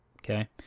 Okay